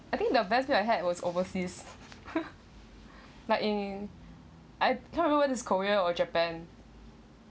I think the best meal that I had was overseas like in I can't remember where this korea or japan